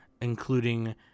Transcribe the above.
including